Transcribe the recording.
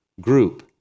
group